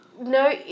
no